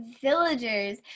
villagers